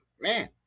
man